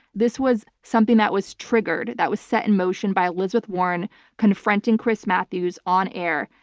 this was something that was triggered, that was set in motion, by elizabeth warren confronting chris matthews on air.